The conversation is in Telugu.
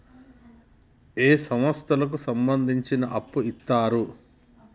ఏ సంస్థలకు సంబంధించి అప్పు ఇత్తరు?